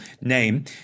name